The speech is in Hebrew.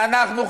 ואנחנו,